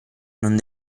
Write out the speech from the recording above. non